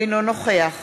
אינו נוכח